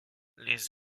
les